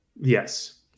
Yes